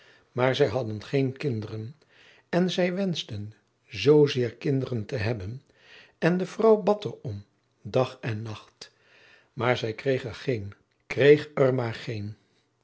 maar zij hadden geen kinderen en zij wenschten zoozéér kinderen te hebben en de vrouw bad er om dag en nacht maar zij kreeg er geen kreeg er maar geen